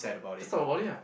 just talk about it ah